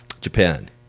Japan